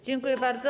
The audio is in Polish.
Dziękuję bardzo.